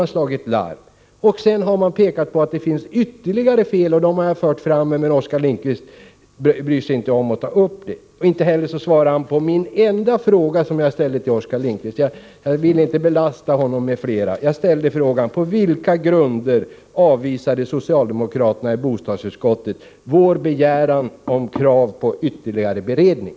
Organisationerna har senare pekat på att det finns ytterligare fel. Det har jag fört fram, men Oskar Lindkvist brydde sig inte om att kommentera det. Inte heller svarade Oskar Lindkvist på den enda fråga — jag ville inte belasta honom med flera — som jag ställde till honom. Jag frågade: På vilka grunder avvisade socialdemokraterna i bostadsutskottet vår begäran om krav på ytterligare beredning?